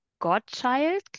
godchild